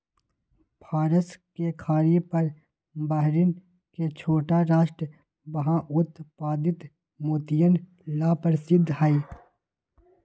फारस के खाड़ी पर बहरीन के छोटा राष्ट्र वहां उत्पादित मोतियन ला प्रसिद्ध हई